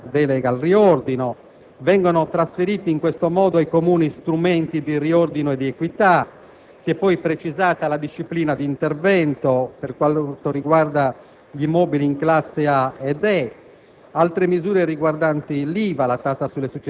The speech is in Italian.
il catasto, per il quale è prevista una delega al riordino (vengono trasferiti in questo modo i comuni strumenti di riordino e d'equità), si è poi precisata la disciplina d'intervento per quanto riguarda gli immobili in classe A ed E,